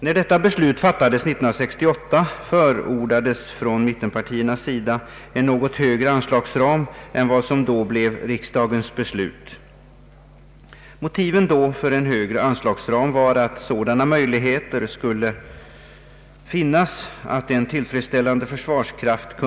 När detta beslut fattades 1968 förordade mittenpartierna en något högre anslagsram än som blev riksdagens beslut. Motiven för en högre anslagsram var att möjligheter skulle finnas för att upprätthålla en tillfredsställande försvarskraft.